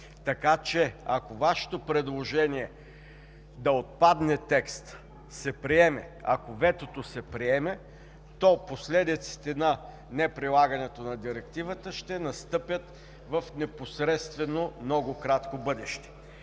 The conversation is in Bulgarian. Така че, ако Вашето предложение да отпадне текстът, се приеме, ако ветото се приеме, то последиците на неприлагането на Директивата ще настъпят непосредствено в много кратко бъдеще.